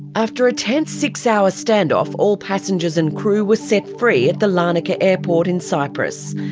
after a tense six-hour ah stand-off, all passengers and crew were set free at the larnaca airport in cyprus.